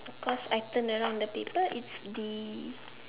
cause I turn around the paper it's the